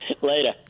Later